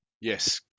Yes